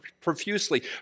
profusely